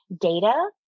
data